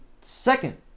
second